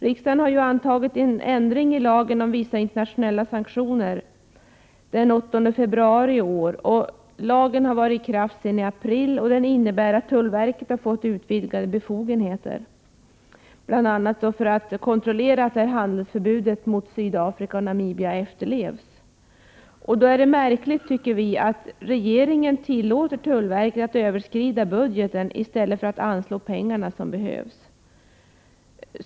Riksdagen antog nämligen den 8 februari i år en ändring av lagen om vissa internationella sanktioner. Lagen har varit i kraft sedan den 1 april. Den innebär att tullverket har fått utvidgade befogenheter bl.a. för att kontrollera att handelsförbudet mot Sydafrika och Namibia efterlevs. Då är det märkligt, tycker vi, att regeringen tillåter tullverket att överskrida sin budget i stället för att anslå de pengar som behövs.